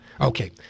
Okay